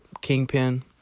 Kingpin